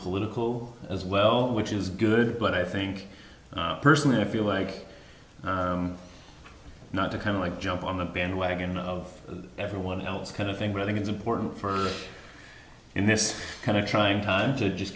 political as well which is good but i think personally i feel like not to kind of like jump on the bandwagon of everyone else kind of thing but i think it's important for us in this kind of trying time to just